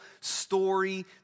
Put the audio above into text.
story